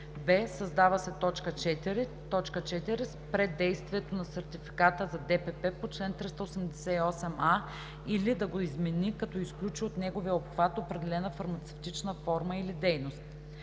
б) създава се т. 4: „4. спре действието на сертификата за ДПП по чл. 388а или да го измени, като изключи от неговия обхват определена фармацевтична форма или дейност.“